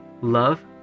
love